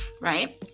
right